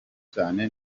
cyane